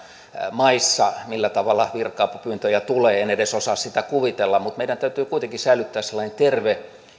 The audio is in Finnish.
maissa millä tavalla virkapyyntöjä tulee en edes osaa sitä kuvitella meidän täytyy kuitenkin säilyttää sellainen terve